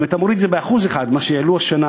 אם אתה מוריד את זה ב-1% מה שהעלית השנה,